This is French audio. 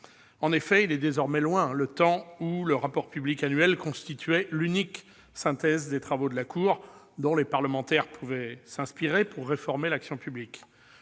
En effet, il est désormais loin le temps où le rapport public annuel constituait l'unique synthèse des travaux de la Cour des comptes dont les parlementaires pouvaient s'inspirer pour réformer l'action publique.